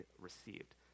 received